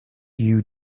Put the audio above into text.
you